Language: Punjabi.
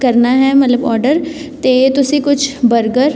ਕਰਨਾ ਹੈ ਮਤਲਬ ਔਡਰ ਅਤੇ ਤੁਸੀਂ ਕੁਛ ਬਰਗਰ